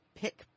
pick